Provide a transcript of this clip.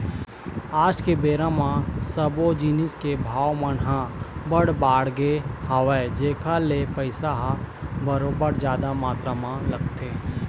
आज के बेरा म सब्बो जिनिस के भाव मन ह बड़ बढ़ गे हवय जेखर ले पइसा ह बरोबर जादा मातरा म लगथे